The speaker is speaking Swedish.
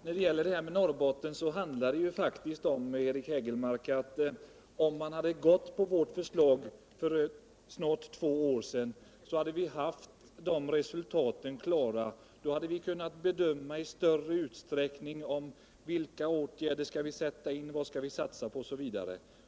Herr talman! När det gäller frågan om Norrbotten, Eric Hägelmark, så vill jag säga att vi, om man hade gått på vårt förslag för snart två år sedan, hade haft resultaten klara och i större utsträckning än nu kunnat bedöma vilka åtgärder som skall sättas in, vad vi skall satsa på etc.